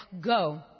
Go